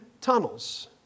tunnels